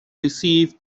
receive